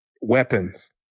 weapons